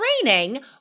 training